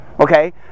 Okay